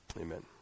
Amen